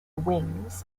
wings